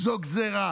זו גזרה.